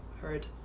heard